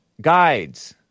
Guides